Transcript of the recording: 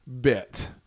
bit